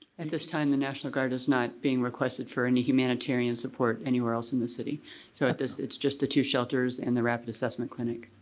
at this time the national guard is not being requested for any humanitarian support anywhere else in the city so at this it's just the two shelters and the rapid assessment clinic.